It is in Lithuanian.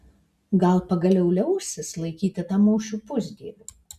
gal pagaliau liausis laikyti tamošių pusdieviu